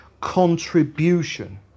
contribution